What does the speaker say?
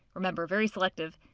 remember very selective,